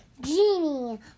Genie